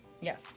Yes